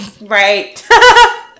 right